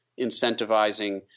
incentivizing